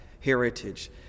heritage